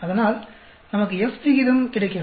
அதனால் நமக்கு F விகிதம் கிடைக்கிறது